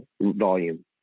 volume